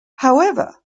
however